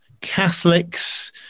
Catholics